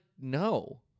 no